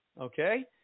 okay